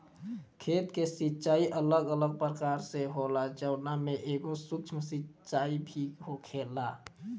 खेत के सिचाई अलग अलग प्रकार से होला जवना में एगो सूक्ष्म सिंचाई भी होखेला